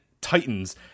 Titans